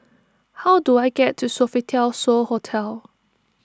how do I get to Sofitel So Hotel